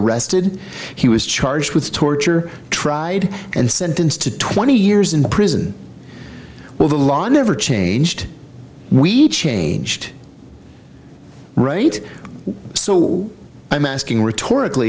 arrested he was charged with torture tried and sentenced to twenty years in prison well the law never changed we changed right so i'm asking rhetorical